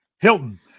Hilton